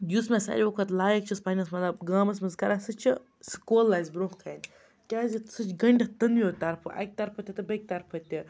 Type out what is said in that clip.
یُس مےٚ ساروِیو کھۄتہٕ لایِک چھَس پَنٛنِس مطلب گامَس مَنٛز کَران سُہ چھِ سُہ کۄل آسہِ برٛونٛہہ کَنہِ کیٛازِ سُہ چھِ گٔنٛڈِتھ دۄنوِیو طرفہٕ اَکہِ طرفہٕ تہِ تہٕ بیٚکہِ طرفہٕ تہِ